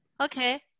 Okay